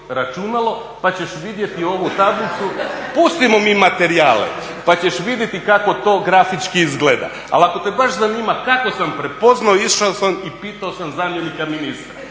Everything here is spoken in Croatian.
računalo pa ćeš vidjeti ovu tablicu, pustimo mi materijale, pa ćeš vidjeti kako to grafički izgleda. Ali ako te baš zanima kako sam prepoznao išao sam i pitao sam zamjenika ministra